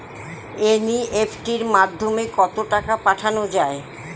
NEFT মাধ্যমে কত টাকা পাঠানো যায়?